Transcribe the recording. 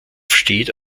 steht